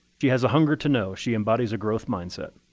she has a hunger to know. she embodies a growth mindset.